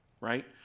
right